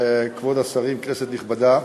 כבוד השרים, כנסת נכבדה,